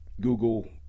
Google